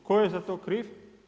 Tko je za to kriv?